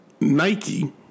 Nike